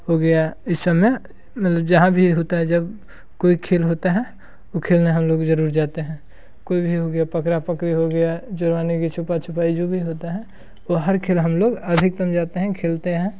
हो गया इस सब में मतलब जहाँ भी होता है जब कोई खेल होता है वो खेलने हम लोग ज़रूर जाते हैं कोई भी हो गया पकड़ा पकड़ी हो गया जो यानी कि छुपा छुपाई जो भी होता है वो हर खेला हम लोग अधिकत्तम जाते हैं खेलते हैं